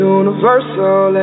universal